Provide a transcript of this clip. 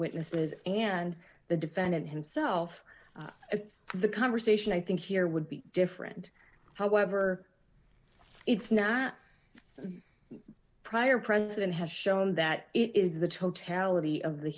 witnesses and the defendant himself if the conversation i think here would be different however it's not the prior president has shown that it is the totality of the